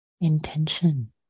intention